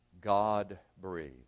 God-breathed